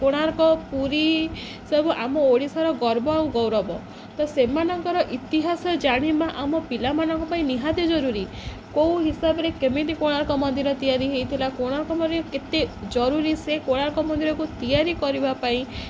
କୋଣାର୍କ ପୁରୀ ସବୁ ଆମ ଓଡ଼ିଶାର ଗର୍ବ ଆଉ ଗୌରବ ତ ସେମାନଙ୍କର ଇତିହାସ ଜାଣିବା ଆମ ପିଲାମାନଙ୍କ ପାଇଁ ନିହାତି ଜରୁରୀ କେଉଁ ହିସାବରେ କେମିତି କୋଣାର୍କ ମନ୍ଦିର ତିଆରି ହେଇଥିଲା କୋଣାର୍କ ମନ୍ଦିର କେତେ ଜରୁରୀ ସେ କୋଣାର୍କ ମନ୍ଦିରକୁ ତିଆରି କରିବା ପାଇଁ